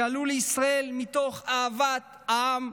שעלו לישראל מתוך אהבת העם,